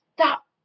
stop